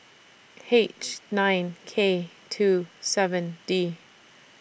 H nine K two seven D